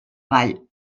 ball